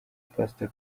pastor